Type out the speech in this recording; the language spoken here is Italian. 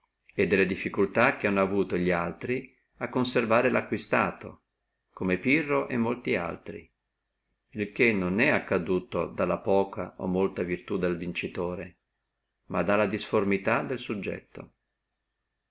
e delle difficultà che hanno avuto li altri a conservare lo acquistato come pirro e molti il che non è nato dalla molta o poca virtù del vincitore ma dalla disformità del subietto